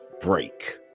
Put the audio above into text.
break